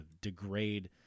degrade